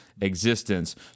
existence